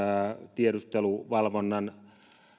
tiedusteluvalvonnan